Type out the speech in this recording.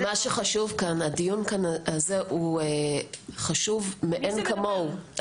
מה שחשוב כאן, הדיון כאן חשוב מאין כמוהו.